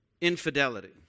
infidelity